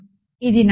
ఇది నా